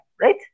right